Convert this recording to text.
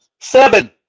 Seven